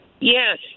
Yes